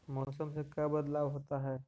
मौसम से का बदलाव होता है?